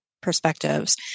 perspectives